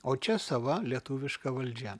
o čia sava lietuviška valdžia